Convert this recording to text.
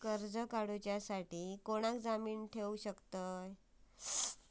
कर्ज काढूसाठी कोणाक जामीन ठेवू शकतव?